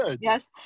yes